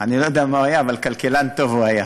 אני לא יודע מה הוא היה, אבל כלכלן טוב הוא היה.